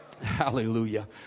hallelujah